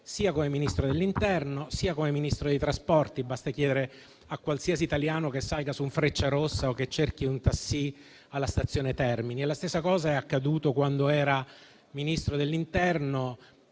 sia come Ministro dell'interno, sia come Ministro dei trasporti. Basta chiedere a qualsiasi italiano che salga su un Frecciarossa o che cerchi un taxi alla stazione Termini. E la stessa cosa è accaduta quando era Ministro dell'interno.